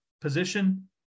position